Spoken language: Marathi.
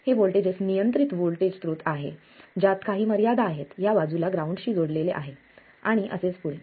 हे व्होल्टेजेस नियंत्रित व्होल्टेज स्त्रोत आहे ज्यात काही मर्यादा आहेत या बाजूला ग्राउंडशी जोडलेले आहे आणि असेच पुढे